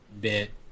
bit